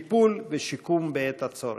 טיפול ושיקום בעת הצורך.